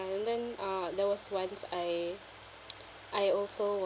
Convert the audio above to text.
and then uh there was once I I also